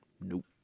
Nope